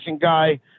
guy